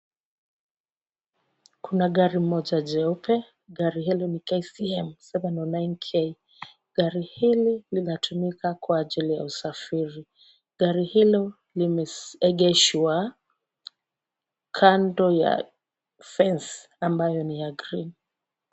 Kuna gari moja jeupe. Gari hili ni KCM 709K. Gari hili linatumika kwa ajili ya usafiri. Gari hilo limeegeshwa kando ya fence ambayo ni ya green .